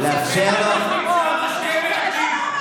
אני אסיים במשפט לגבי תחולת החוק.